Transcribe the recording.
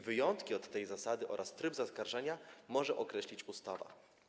Wyjątki od tej zasady oraz tryb zaskarżenia może określić ustawa.